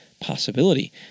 possibility